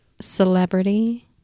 celebrity